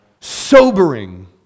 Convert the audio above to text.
Sobering